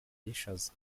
y’ishaza